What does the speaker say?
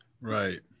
Right